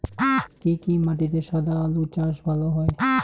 কি কি মাটিতে সাদা আলু চাষ ভালো হয়?